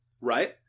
Right